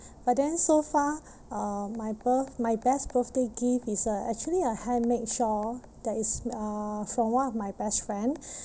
but then so far uh my birth~ my best birthday gift is uh actually a handmade shawl that is uh from one of my best friend